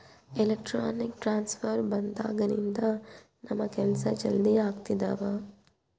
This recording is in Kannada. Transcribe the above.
ಎಲೆಕ್ಟ್ರಾನಿಕ್ ಟ್ರಾನ್ಸ್ಫರ್ ಬಂದಾಗಿನಿಂದ ನಮ್ ಕೆಲ್ಸ ಜಲ್ದಿ ಆಗ್ತಿದವ